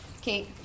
Kate